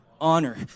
honor